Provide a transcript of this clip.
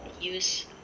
use